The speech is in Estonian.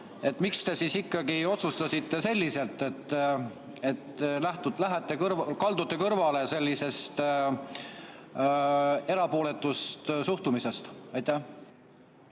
Miks te siis ikkagi otsustasite selliselt, et kaldute kõrvale sellisest erapooletust suhtumisest? Aitäh!